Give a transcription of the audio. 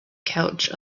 couch